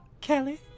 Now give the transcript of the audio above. Kelly